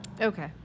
Okay